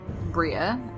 Bria